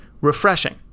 refreshing